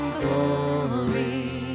glory